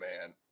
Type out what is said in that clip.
man